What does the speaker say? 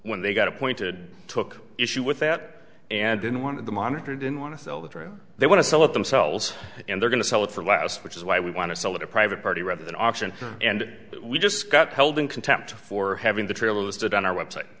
when they got appointed took issue with that and didn't want the monitor didn't want to sell the true they want to sell it themselves and they're going to sell it for less which is why we want to sell it a private party rather than auction and we just got held in contempt for having the trailer listed on our website